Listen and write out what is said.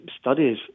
studies